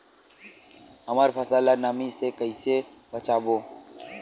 हमर फसल ल नमी से क ई से बचाबो?